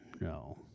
No